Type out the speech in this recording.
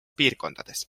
piirkondades